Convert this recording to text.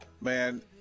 man